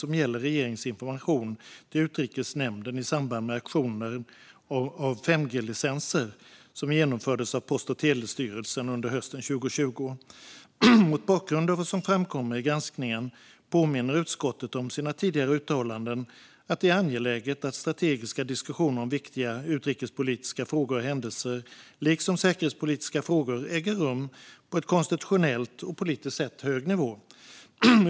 Den gäller regeringens information till Utrikesnämnden i samband med auktionen av 5G-licenser, som genomfördes av Post och telestyrelsen under hösten 2020. Mot bakgrund av vad som framkommer i granskningen påminner utskottet om sina tidigare uttalanden om att det är angeläget att strategiska diskussioner om viktiga utrikespolitiska frågor och händelser liksom säkerhetspolitiska frågor äger rum på en konstitutionellt och politiskt sett hög nivå.